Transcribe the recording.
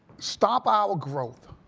stop our growth,